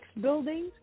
buildings